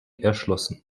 erschlossen